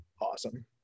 Awesome